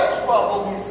trouble